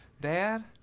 Dad